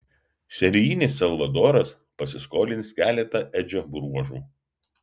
serijinis salvadoras pasiskolins keletą edžio bruožų